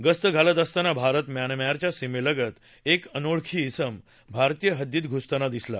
गस्त घालत असताना भारत म्यानमारच्या सीमेलगत एक अनोळखी इसम भारतीय हद्दीत घुसताना दिसला